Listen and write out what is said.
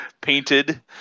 painted